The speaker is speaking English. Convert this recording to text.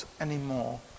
anymore